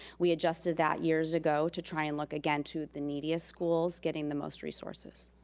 we adjusted that years ago to try and look, again, to the neediest schools getting the most resources.